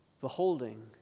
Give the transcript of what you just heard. Beholding